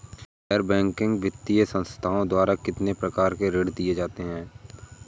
गैर बैंकिंग वित्तीय संस्थाओं द्वारा कितनी प्रकार के ऋण दिए जाते हैं?